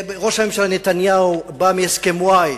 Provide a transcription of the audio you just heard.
ראש הממשלה נתניהו בא מהסכם-וואי,